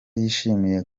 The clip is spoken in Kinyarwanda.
yishimiye